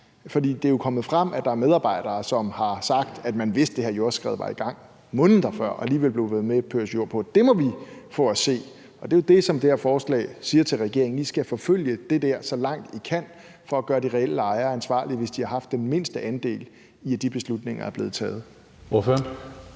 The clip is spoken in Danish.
det er jo kommet frem, at der er medarbejdere, som har sagt, at man vidste, at det her jordskred var i gang, måneder før og alligevel blev ved med at pøse mere jord på – må vi få at se. Og det er jo det, som det her forslag siger til regeringen: I skal forfølge det der, så langt I kan, og gøre de reelle ejere ansvarlige, hvis de har haft den mindste andel i, at de beslutninger er blevet taget.